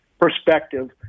perspective—